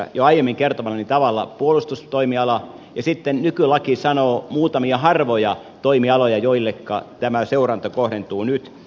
siinä on jo aiemmin kertomallani tavalla puolustustoimiala ja sitten nykylaki sanoo muutamia harvoja toimialoja joihinka tämä seuranta kohdentuu nyt